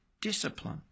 discipline